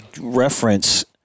reference